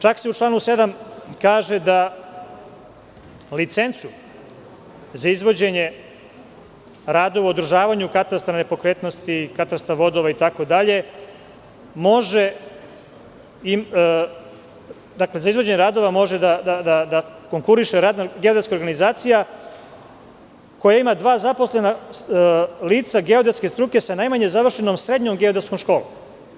Čak se i u članu 7. kaže da za licencu za izvođenje radova o održavanju katastra nepokretnosti, katastra vodova itd. može da konkuriše geodetska organizacija koja ima dva zaposlena lica geodetske struke sa najmanje završenom srednjom geodetskom školom.